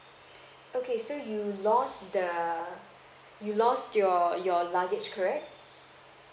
okay so you lost the you lost your your luggage correct